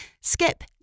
Skip